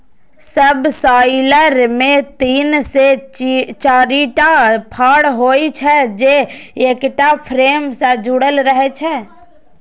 subsoiler मे तीन से चारिटा फाड़ होइ छै, जे एकटा फ्रेम सं जुड़ल रहै छै